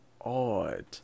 odd